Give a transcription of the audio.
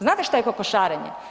Znate što je kokošarenje?